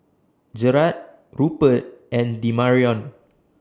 Gerard Rupert and Demarion